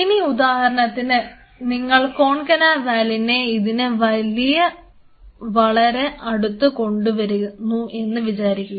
ഇനി ഉദാഹരണത്തിന് നിങ്ങൾ കോൺകന വാലിനെ ഇതിന് വളരെ അടുത്ത് കൊണ്ടുവരുന്നു എന്ന് വെക്കുക